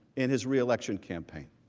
in his reelection campaign.